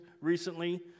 recently